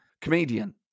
Comedian